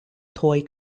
toy